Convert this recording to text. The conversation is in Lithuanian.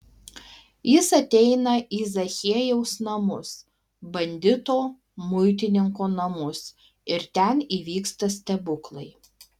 jis ateina į zachiejaus namus bandito muitininko namus ir ten įvyksta stebuklai